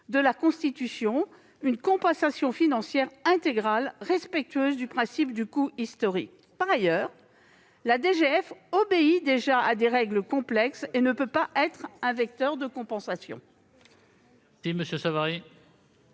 de la Constitution, une compensation financière intégrale, respectueuse du principe du coût historique. Au demeurant, la DGF obéit déjà à des règles complexes et ne peut constituer un vecteur de compensation.